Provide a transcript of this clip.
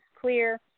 clear